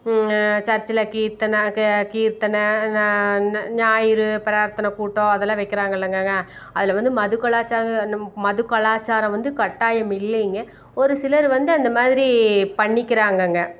சர்ச்சில் கீர்த்தனை கீர்த்தனை ஞா ஞாயிறு பிரார்த்தன கூட்டம் அதெல்லாம் வைக்கிறாங்க இல்லைங்கங்க அதில் வந்து மது கலாச்சாரங்கிறது அந்த மது கலாச்சாரம் வந்து கட்டாயம் இல்லைங்க ஒரு சிலர் வந்து அந்த மாதிரி பண்ணிக்கிறாங்கங்க